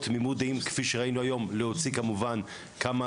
תמימות דעים כפי שראינו היום להוציא כמובן כמה